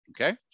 okay